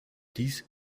dies